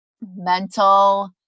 mental